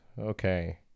Okay